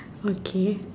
okay